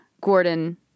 Gordon